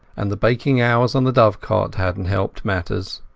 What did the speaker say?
and the baking hours on the dovecot hadnat helped matters.